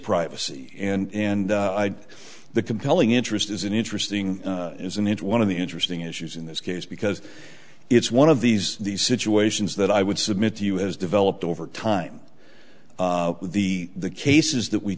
privacy and the compelling interest is an interesting isn't it one of the interesting issues in this case because it's one of these these situations that i would submit to you as developed over time the the cases that we